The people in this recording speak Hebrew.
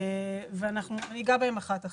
אני אגע בכל אחת מהן.